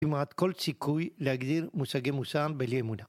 ומעט כל סיכוי להגדיר מושגי מושלם בלי אמונה.